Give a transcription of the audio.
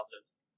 positives